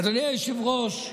אדוני היושב-ראש,